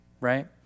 right